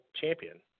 champion